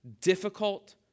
Difficult